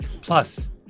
Plus